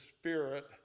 spirit